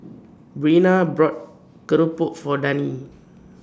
Breana bought Keropok For Dani